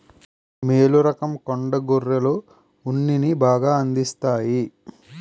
మేలు రకం కొండ గొర్రెలు ఉన్నిని బాగా అందిస్తాయి